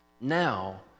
Now